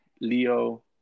Leo